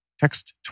text